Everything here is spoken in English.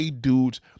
dudes